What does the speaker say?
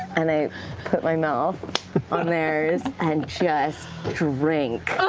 and i put my mouth on theirs, and just drink.